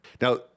Now